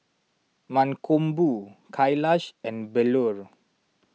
Mankombu Kailash and Bellur